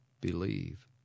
believe